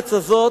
הארץ הזאת,